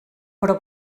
però